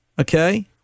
Okay